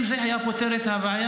אם זה היה פותר את הבעיה,